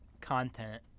content